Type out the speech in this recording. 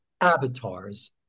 avatars